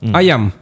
ayam